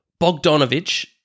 Bogdanovich